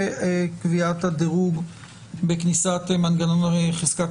וקביעת הדירוג בכניסת מנגנון חזקת